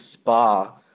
spa